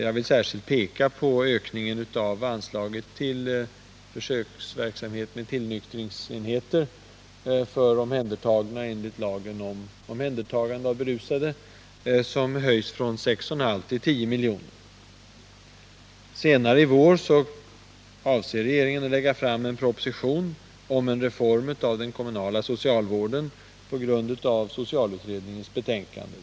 Jag vill särskilt peka på ökningen av anslaget till försöksverksamhet med tillnyktringsenheter för sådana som är omhändertagna enligt lagen om omhändertagande av berusade, som höjs från 6,5 till 10 milj.kr. Regeringen avser att senare i vår lägga fram en proposition om en reform av den kommunala socialvården på grundval av socialutredningens betänkande.